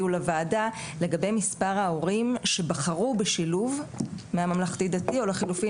לגבי מספר ההורים שבחרו בשילוב מהממלכתי דתי או לחילופין